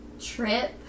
trip